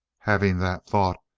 having that thought,